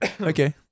Okay